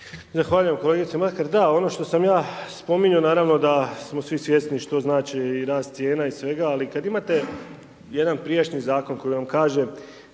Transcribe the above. Zahvaljujem kolegice Makar. Da, ono što sam ja spominjao, naravno da smo svi svjesni što znači i rast cijena i svega. Ali kada imate jedan prijašnji zakon koji vam kaže